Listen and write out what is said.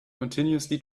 continuously